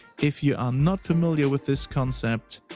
if you are not familiar with this concept,